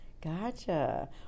gotcha